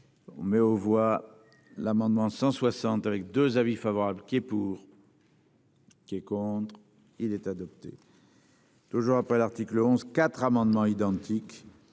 Mets aux voix l'amendement 160 avec 2 avis favorable qui est pour. Qui est contre, il est adopté. Toujours après l'article 11 4 amendements identiques.